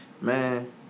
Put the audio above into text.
Man